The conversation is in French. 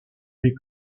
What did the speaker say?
les